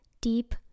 deep